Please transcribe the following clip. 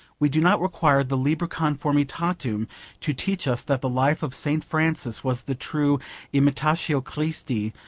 we do not require the liber conformitatum to teach us that the life of st. francis was the true imitatio christi,